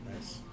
nice